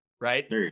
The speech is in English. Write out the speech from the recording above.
Right